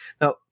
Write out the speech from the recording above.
Now